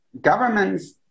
governments